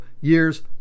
years